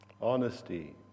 Honesty